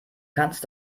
kannst